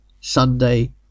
Sunday